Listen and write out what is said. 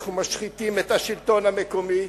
אנחנו משחיתים את השלטון המקומי.